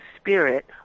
spirit